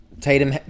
Tatum